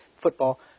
football